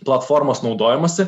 platformos naudojimąsi